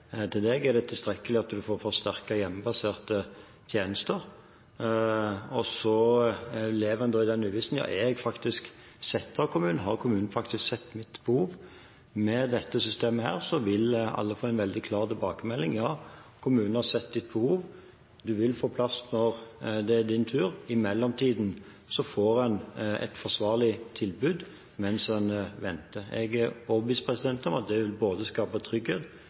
deg er det tilstrekkelig at du får forsterkede hjemmebaserte tjenester, og så lever en i uvisse: Er jeg sett av kommunen? Har kommunen faktisk sett mitt behov? Med dette systemet vil alle få en veldig klar tilbakemelding: Ja, kommunen har sett ditt behov, du vil få plass når det er din tur. – I mellomtiden får en et forsvarlig tilbud mens en venter. Jeg er overbevist om at det både vil skape trygghet